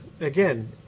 again